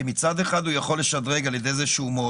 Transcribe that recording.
כי מצד אחד הוא יכול לשדרג על ידי זה שהוא יכול